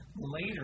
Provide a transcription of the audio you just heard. Later